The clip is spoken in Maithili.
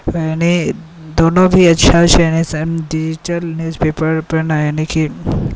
यानी दुनू भी अच्छा छै डिजिटल न्यूज पेपर ने यानी कि